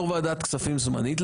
יושב ראש ועדת הכספים הזמנית,